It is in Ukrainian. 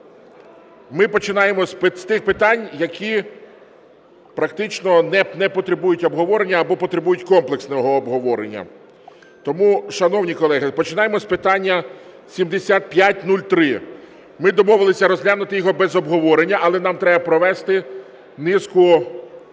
ми починаємо з тих питань, які практично не потребують обговорення або потребують комплексного обговорення. Тому, шановні колеги, починаємо з питання 7503. Ми домовились розглянути його без обговорення, але нам треба провести низку